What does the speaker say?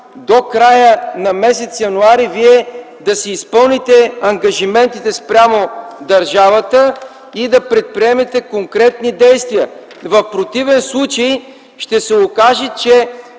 до края на м. януари Вие да си изпълните ангажиментите спрямо държавата и да предприемете конкретни действия. В противен случай ще се окаже, че